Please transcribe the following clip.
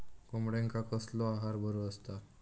कोंबड्यांका कसलो आहार बरो असता?